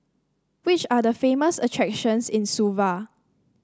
which are the famous attractions in Suva